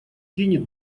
кинет